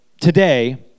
today